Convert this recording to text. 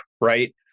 right